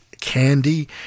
Candy